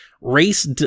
Race